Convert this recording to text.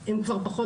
אני רוצה